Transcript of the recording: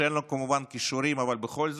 שאין לו כמובן כישורים, אבל בכל זאת,